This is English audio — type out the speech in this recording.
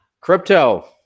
crypto